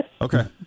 okay